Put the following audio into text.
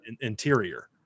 interior